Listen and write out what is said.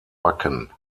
backen